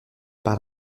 par